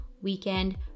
weekend